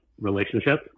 relationship